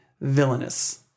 villainous